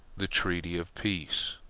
the treaty of peace.